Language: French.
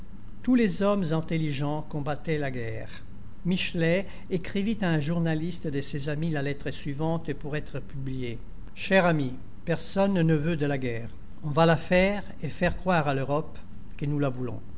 tous les hommes intelligents combattaient la guerre michelet écrivit à un journaliste de ses amis la lettre suivante pour être publiée cher ami la commune personne ne veut de la guerre on va la faire et faire croire à l'europe que nous la voulons